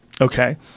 Okay